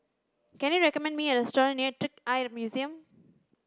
can you recommend me a restaurant near Trick Eye Museum